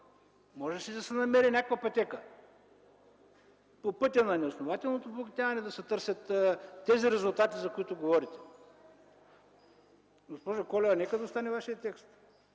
можеше да се намери някаква пътека – по пътя на неоснователното обогатяване да се търсят тези резултати, за които говорите. Госпожо Колева, нека да остане Вашият текст.